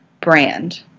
brand